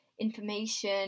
information